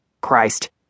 Christ